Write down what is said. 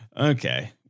Okay